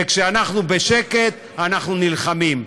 וכשאנחנו בשקט אנחנו נלחמים.